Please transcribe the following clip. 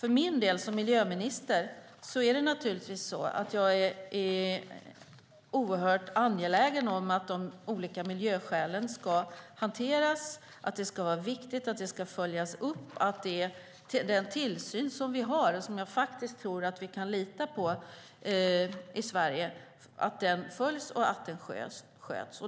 Jag som miljöminister är naturligtvis oerhört angelägen om att de olika miljöskälen ska hanteras. Det ska vara viktigt att det följs upp att den tillsyn som vi har i Sverige och som jag faktiskt tror att vi kan lita på följs och sköts.